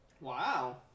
Wow